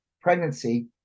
pregnancy